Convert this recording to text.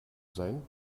sein